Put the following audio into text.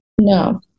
No